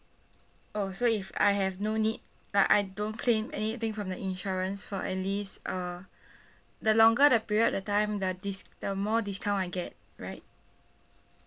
oh so if I have no need like I don't claim anything from the insurance for at least uh the longer the period the time the dis~ the more discount I get right